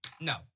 No